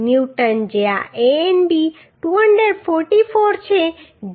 Newton જ્યાં Anb 244 છે જે